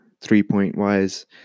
three-point-wise